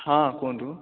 ହଁ କୁହନ୍ତୁ